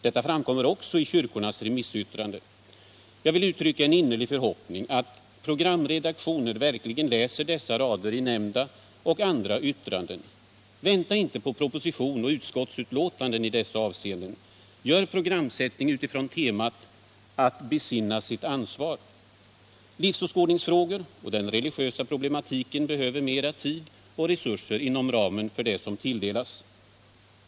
Detta framkommer också i kyrkornas remissyttrande. Jag vill uttrycka en innerlig förhoppning att programredaktioner verkligen läser dessa rader i yttrandena. Vänta inte på proposition och utskottsbetänkanden i dessa avseenden! Gör programmen utifrån temat ”att besinna sitt ansvar”! Livsåskådningsfrågorna och den religiösa problematiken behöver mer tid och resurser inom ramen för vad som tilldelas.